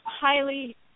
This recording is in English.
highly